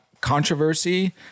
controversy